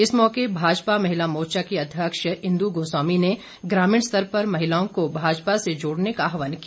इस मौके भाजपा महिला मोर्चा की अध्यक्ष इंदु गोस्वामी ने ग्रामीण स्तर पर महिलाओं को भाजपा से जोड़ने का आह्वान किया